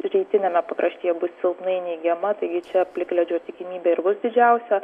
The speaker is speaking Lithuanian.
rytiniame pakraštyje bus silpnai neigiama taigi čia plikledžio tikimybė ir bus didžiausia